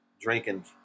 Drinking